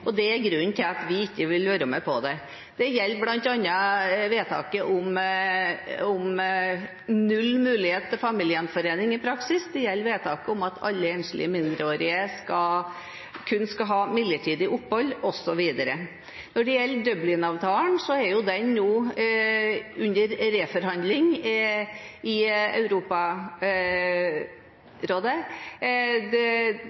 asylforliket. Det er grunnen til at vi ikke vil være med på dem. Det gjelder bl.a. vedtaket om null mulighet til familiegjenforening i praksis, det gjelder vedtaket om at alle enslige mindreårige kun skal ha midlertidig opphold, osv. Når det gjelder Dublin-avtalen, er den under reforhandling i Europarådet. Det